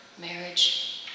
marriage